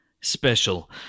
special